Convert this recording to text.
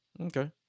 Okay